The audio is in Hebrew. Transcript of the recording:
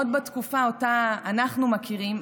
בתקופה שאותה אנחנו מכירים,